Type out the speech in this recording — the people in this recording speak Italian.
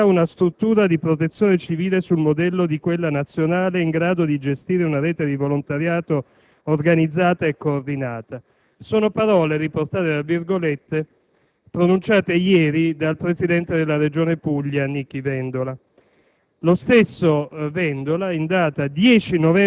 «In Puglia, in autunno, sarà creata una struttura di Protezione civile sul modello di quella nazionale, in grado di gestire una rete di volontariato organizzata e coordinata». Sono parole riportate tra virgolette pronunciate ieri dal presidente della Regione Puglia Nichi Vendola.